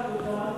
ביקרתי אותם,